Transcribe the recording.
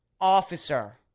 officer